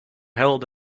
held